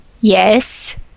Yes